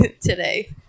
today